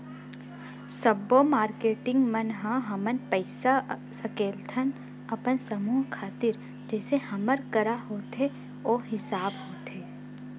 सब्बो मारकेटिंग मन ह हमन पइसा सकेलथन अपन समूह खातिर जइसे हमर करा होथे ओ हिसाब होथे